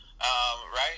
right